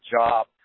job